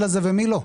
הזה ומי לא.